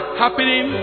happening